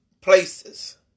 places